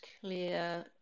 clear